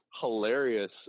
hilarious